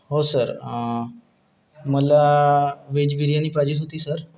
हो सर मला व्हेज बिर्याणी पाहिजेच होती सर